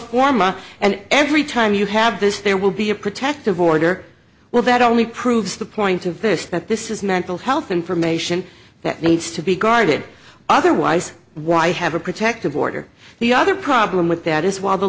forma and every time you have this there will be a protective order well that only proves the point of this that this is mental health information that needs to be guarded otherwise why have a protective order the other problem with that is while the